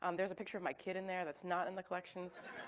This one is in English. um there's a picture my kid in there that's not in the collections.